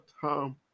Tom